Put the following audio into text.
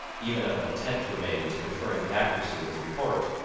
even if an attempt were made to confirm the accuracy of his report.